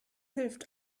hilft